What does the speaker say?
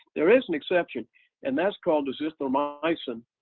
there is an exception and that's called azithromycin,